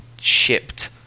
shipped